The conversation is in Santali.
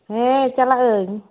ᱦᱮᱸ ᱪᱟᱞᱟᱜ ᱟᱹᱧ